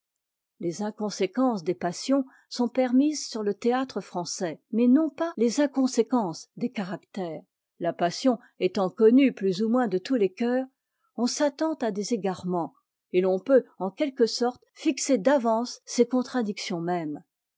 les inconséquences des passions sont permises sur le théâtre français mais non pas les inconséquences des caractères la passion étant connue plus ou moins de tous les cœurs on s'attend à ses égarements et l'on peut en quelque sorte fixer d'avance ses contradictions mêmes